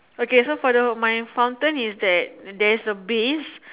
okay so for the my fountain is that there's a base